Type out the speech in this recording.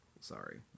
Sorry